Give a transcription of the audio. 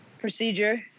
procedure